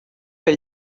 fell